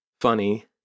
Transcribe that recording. funny